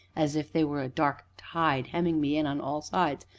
as if they were a dark tide hemming me in on all sides,